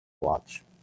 watch